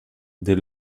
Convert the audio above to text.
des